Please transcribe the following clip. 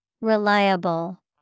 Reliable